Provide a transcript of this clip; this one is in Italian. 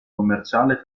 commerciale